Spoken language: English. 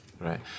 right